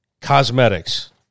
cosmetics